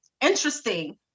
interesting